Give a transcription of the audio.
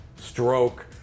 stroke